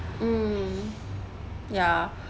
mm ya